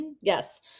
Yes